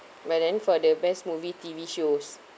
but then for the best movie T_V shows